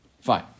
Fine